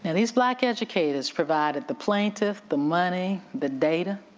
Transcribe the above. and these black educators provided the plaintiff, the money, the data.